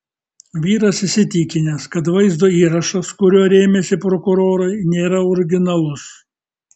vyras įsitikinęs kad vaizdo įrašas kuriuo rėmėsi prokurorai nėra originalus